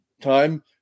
time